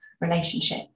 relationship